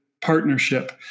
partnership